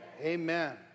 Amen